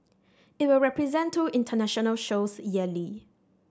it will present two international shows yearly